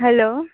hello